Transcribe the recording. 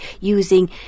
using